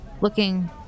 looking